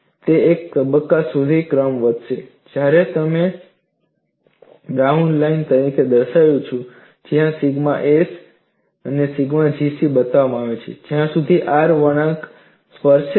તે એક તબક્કા સુધી ક્રમશ વધશે જ્યારે મેં તેને બ્રાઉન લાઇન તરીકે દર્શાવ્યું છે જ્યાં સિગ્મા c અને G c બતાવવામાં આવે છે જ્યાં વળાંક R વળાંકને સ્પર્શે છે